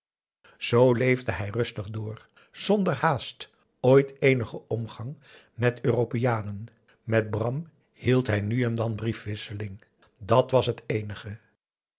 zoo leefde hij rustig door zonder haast ooit eenigen omgang met europeanen met bram hield hij nu en dan briefwisseling dàt was het eenige